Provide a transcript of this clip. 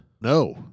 No